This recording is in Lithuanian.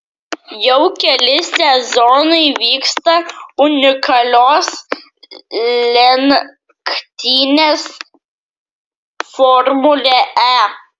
jau keli sezonai vyksta unikalios lenktynės formulė e